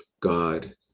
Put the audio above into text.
God